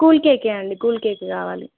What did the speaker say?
cool cake అండి cool cake కావాలి